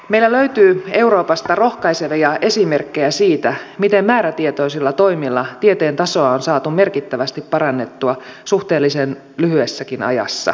meillä löytyy euroopasta rohkaisevia esimerkkejä siitä miten määrätietoisilla toimilla tieteen tasoa on saatu merkittävästi parannettua suhteellisen lyhyessäkin ajassa